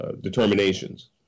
determinations